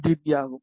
பீ ஆகும்